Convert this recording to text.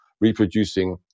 reproducing